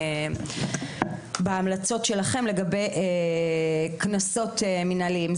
בהמלצות שלכם לגבי קנסות מנהליים.